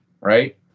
right